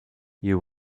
you